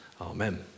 Amen